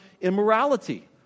immorality